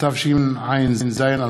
התשע"ז 2017,